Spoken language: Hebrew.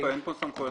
אשראי, הפקדה,